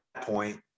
point